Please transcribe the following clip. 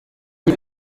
est